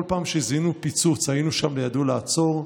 כל פעם שזיהינו פיצוץ היינו שם לידו לעצור,